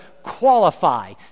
qualify